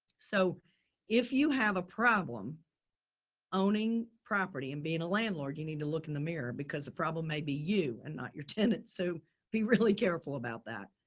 so if you have a problem owning property and being a landlord, you need to look in the mirror because the problem may be you and not your tenants. so be really careful about that.